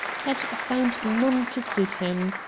had found none to suit him.